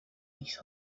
these